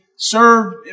Serve